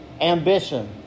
Ambition